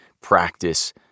practice